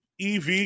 EV